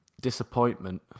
Disappointment